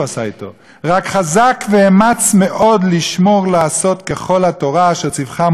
"רק חזק ואמץ מאד לשמור לעשות ככל התורה אשר צוך משה עבדי.